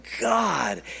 God